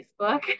facebook